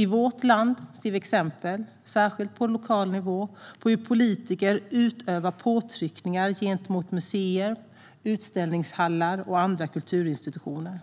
I vårt land ser vi, särskilt på lokal nivå, exempel på hur politiker utövar påtryckningar gentemot museer, utställningshallar och andra kulturinstitutioner.